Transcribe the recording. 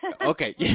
Okay